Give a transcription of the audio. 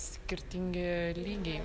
skirtingi lygiai